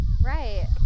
Right